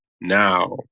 now